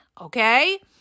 okay